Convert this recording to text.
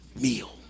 meal